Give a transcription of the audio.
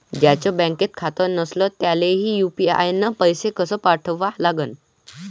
ज्याचं बँकेत खातं नसणं त्याईले यू.पी.आय न पैसे कसे पाठवा लागन?